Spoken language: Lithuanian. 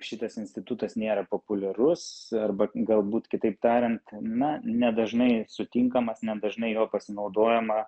šitas institutas nėra populiarus arba galbūt kitaip tariant na nedažnai sutinkamas nedažnai juo pasinaudojama